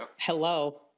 Hello